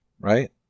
right